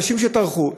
אנשים שטרחו,